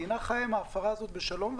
ואל על חיה עם זה בשלום.